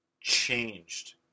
changed